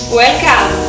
welcome